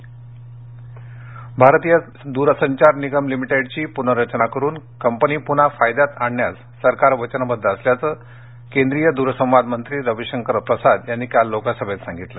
BSNL Bharatiya Sanchar Nigam लिमिटेडची पुनर्रचना करुन कंपनी पुन्हा फायदेशीर करण्यास सरकार वचनबद्ध असल्याचं आधासन केंद्रीय द्रसंवाद मंत्री रवीशंकर प्रसाद यांनी काल लोकसभेत दिलं